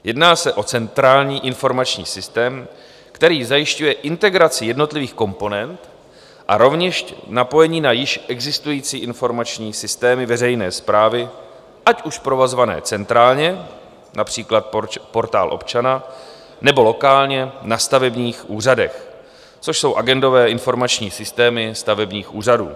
Jedná se o centrální informační systém, který zajišťuje integraci jednotlivých komponent a rovněž zapojení na již existující informační systémy veřejné správy, ať už provozované centrálně, například Portál občana, nebo lokálně na stavebních úřadech, což jsou agendové informační systémy stavebních úřadů.